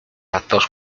actos